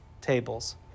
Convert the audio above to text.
tables